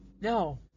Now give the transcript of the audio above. No